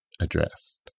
addressed